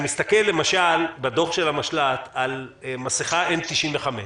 אני מסתכל בדוח של המשל"ט על מסיכה N95,